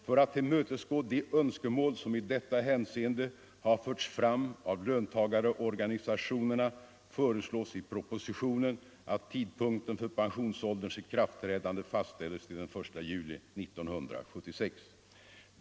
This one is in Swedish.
För att tillmötesgå de önskemål som i detta hänseende har förts fram av löntagarorganisationerna föreslås i propositionen att tidpunkten för pensionsålderns ikraftträdande fastställs till den 1 juli 1976.